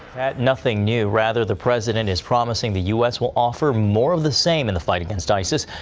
nothing new, rather, the president is promising the u s. will offer more of the same in the fight against isis,